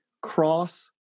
cross